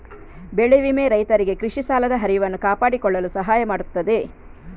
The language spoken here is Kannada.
ಬೆಳೆ ವಿಮೆ ರೈತರಿಗೆ ಕೃಷಿ ಸಾಲದ ಹರಿವನ್ನು ಕಾಪಾಡಿಕೊಳ್ಳಲು ಸಹಾಯ ಮಾಡುತ್ತದೆ